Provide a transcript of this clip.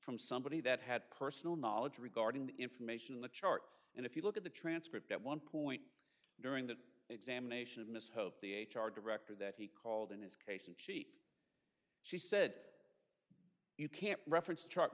from somebody that had personal knowledge regarding the information in the chart and if you look at the transcript at one point during that examination of miss hope the h r director that he called in his case in chief she said you can't reference